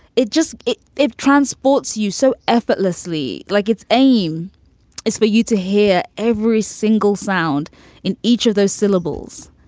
it just it it transports you so effortlessly. like its aim is for you to hear every single sound in each of those syllables.